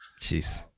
Jeez